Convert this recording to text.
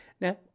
Now